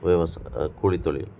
விவஸ் கூலித்தொழில்